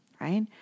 right